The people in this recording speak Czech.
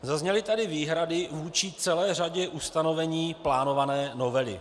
Zazněly tady výhrady vůči celé řadě ustanovení plánované novely.